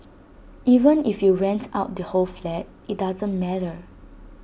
even if you rent out the whole flat IT doesn't matter